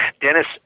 Dennis